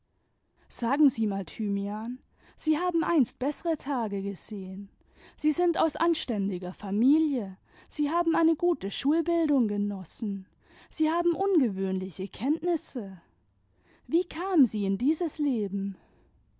sagen sie mal thymian sie haben einst bessere tage gesehen sie sind aus anständiger familie sie haben eine gute schulbildung genossen sie haben ungewöhnliche kenntnisse wie kamen sie in dieses leben